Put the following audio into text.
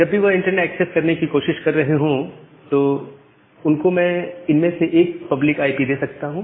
जब भी वह इंटरनेट एक्सेस करने की कोशिश कर रहे हो तो उनको मैं इनमें से एक पब्लिक आईपी दे सकता हूं